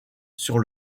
sur